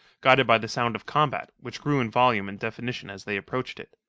guided by the sound of combat, which grew in volume and definition as they approached it.